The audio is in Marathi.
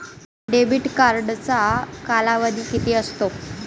डेबिट कार्डचा कालावधी किती असतो?